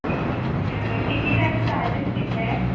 टिके टिकेटाचे चार्जीस कितले